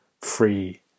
free